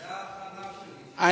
זו הטענה שלי כל הזמן.